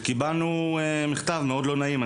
וקיבלנו מכתב מאוד לא נעים,